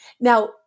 Now